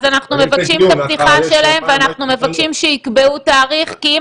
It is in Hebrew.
אז אנחנו מבקשים את הפתיחה שלהם ואנחנו מבקשים שיקבעו תאריך כי אם